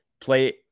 play